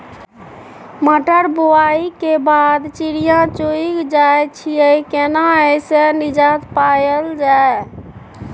मटर बुआई के बाद चिड़िया चुइग जाय छियै केना ऐसे निजात पायल जाय?